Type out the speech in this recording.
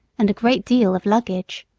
and a great deal of luggage.